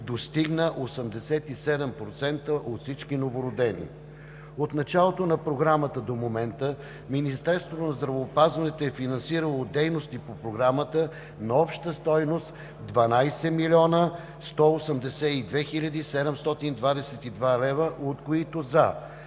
достигна 87% от всички новородени. От началото на Програмата до момента Министерството на здравеопазването е финансирало дейности по Програмата на обща стойност 12 млн. 182 хил. 722 лв., от които за: